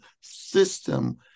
System